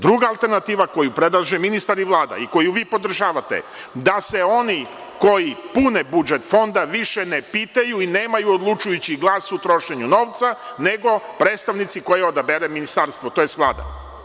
Druga alternativa koju predlaže ministar i Vlada i koju vi podržavate je da se oni koji pune budžet Fonda više ne pitaju i nemaju odlučujući glas o trošenju novca, nego predstavnici koje odabere ministarstvo, tj. Vlada.